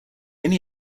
only